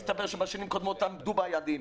מסתבר שבשנים הקודמות עמדו ביעדים.